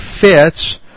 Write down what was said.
fits